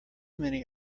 many